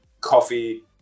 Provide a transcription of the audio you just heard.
coffee